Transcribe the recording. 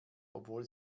obwohl